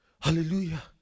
Hallelujah